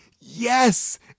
Yes